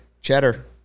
Cheddar